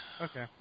okay